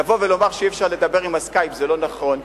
לבוא ולומר שאי-אפשר לדבר עם ה"סקייפ" זה לא נכון.